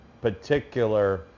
particular